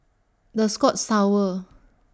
The Scotts Tower